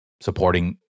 supporting